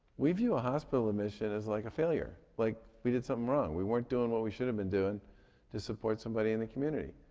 we view a hospital admission as like a failure, like we did something wrong. we weren't doing what we should have been doing to support somebody in the community.